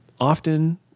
often